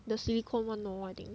the silicon one lor I think